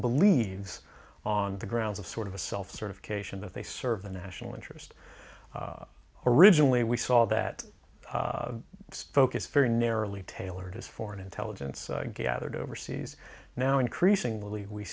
believes on the grounds of sort of a self sort of cation that they serve the national interest originally we saw that focus very narrowly tailored as foreign intelligence gathered overseas now increasingly we